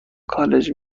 کالج